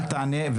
חזי, אל תענה.